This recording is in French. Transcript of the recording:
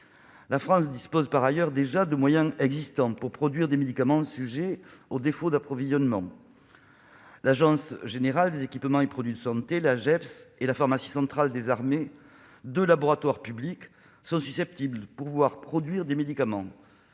la France dispose de moyens déjà existants pour produire les médicaments sujets aux défauts d'approvisionnement. L'Agence générale des équipements et produits de santé, l'Ageps, et la pharmacie centrale des armées, deux laboratoires publics, sont susceptibles de pouvoir produire des médicaments.